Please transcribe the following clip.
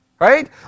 Right